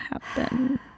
happen